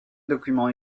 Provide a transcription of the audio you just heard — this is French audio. document